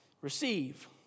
receive